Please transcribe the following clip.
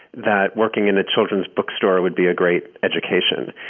that working in a children's bookstore would be a great education.